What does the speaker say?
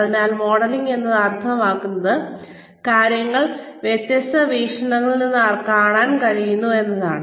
അതിനാൽ മോഡലിംഗ് എന്നത് അർത്ഥമാക്കുന്നത് കാര്യങ്ങൾ വ്യത്യസ്ത വീക്ഷണങ്ങളിൽ നിന്ന് കാണാൻ ശ്രമിക്കുന്നു എന്നാണ്